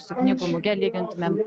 su knygų muge lygintumėm